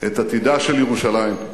עתידה של ירושלים.